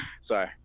Sorry